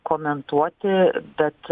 komentuoti bet